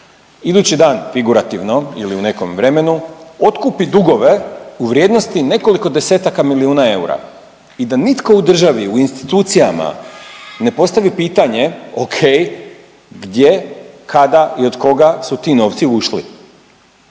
Idući dan figurativno ili u nekom vremenu otkupi dugove u vrijednosti nekoliko desetaka milijuna eura i da nitko u državi u institucijama ne postavi pitanje o.k. gdje, kada i od koga su ti novci ušli?